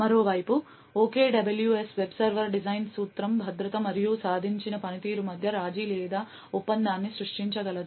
మరోవైపు OKWS web server design సూత్రం భద్రత మరియు సాధించిన పనితీరు మధ్య రాజీ లేదా ఒప్పందాన్ని సృష్టించగలదు